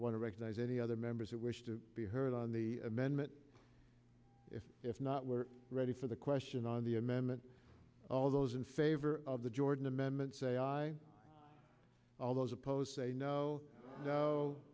to recognize any other members who wish to be heard on the amendment if if not we're ready for the question on the amendment all those in favor of the jordan amendment say i all those opposed say no